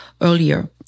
earlier